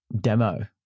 demo